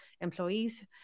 employees